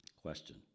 Question